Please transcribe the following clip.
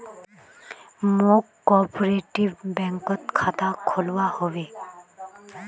मौक कॉपरेटिव बैंकत खाता खोलवा हबे